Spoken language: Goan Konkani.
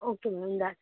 ओके मॅम धाड